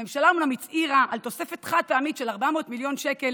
הממשלה אומנם הצהירה על תוספת חד-פעמית של 400 מיליון שקל